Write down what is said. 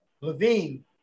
Levine